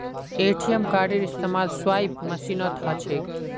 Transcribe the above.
ATM कार्डेर इस्तमाल swipe मशीनत ह छेक